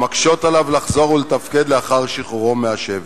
המקשות עליו לחזור ולתפקד לאחר שחרורו מהשבי,